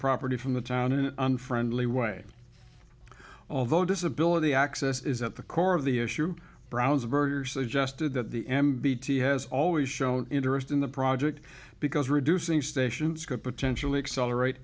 property from the town in an unfriendly way although disability access is at the core of the issue brows of murder suggested that the m b t has always shown interest in the project because reducing stations could potentially accelerate